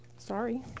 Sorry